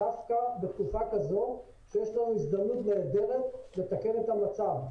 דווקא בתקופה כזו שיש כאן הזדמנות נהדרת לתקן את המצב.